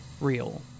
real